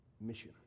mission